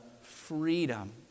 freedom